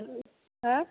अँ